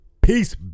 peace